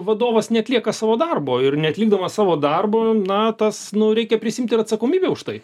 vadovas neatlieka savo darbo ir neatlikdamas savo darbo na tas nu reikia prisiimti ir atsakomybę už tai